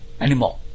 anymore